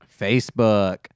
Facebook